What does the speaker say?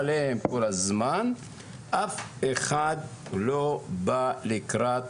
אוטומטית עיר שאין לה כסף לעשות את זה לא יכולה להשיג את